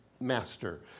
master